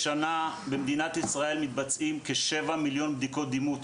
במדינת ישראל מתבצעות כשבע מיליון בדיקות דימות בשנה.